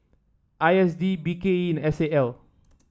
I S D B K E and S A L